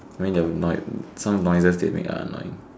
I mean they are annoy some of the noises they make are annoying